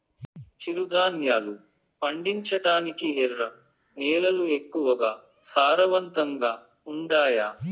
చిరుధాన్యాలు పండించటానికి ఎర్ర నేలలు ఎక్కువగా సారవంతంగా ఉండాయా